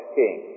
king